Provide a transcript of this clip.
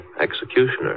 executioner